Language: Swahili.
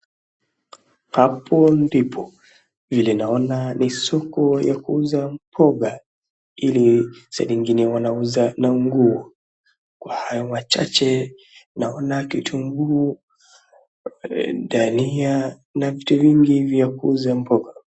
Hapo ndipo vile naona ni soko ya kuuza mkoba ile [csside wanauza na nguo. Kwa hayo machache naona kitunguu, dania na vitu vingi vya kuuza mboga.